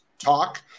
talk